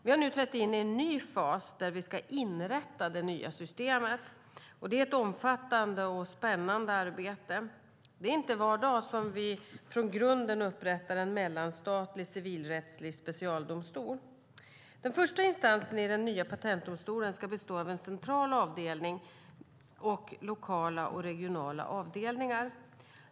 Vi har nu trätt in i en ny fas där vi ska inrätta det nya systemet. Det är ett omfattande och spännande arbete. Det är inte var dag som vi från grunden upprättar en mellanstatlig civilrättslig specialdomstol. Den första instansen i den nya patentdomstolen ska bestå av en central avdelning och lokala och regionala avdelningar.